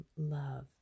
love